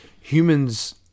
humans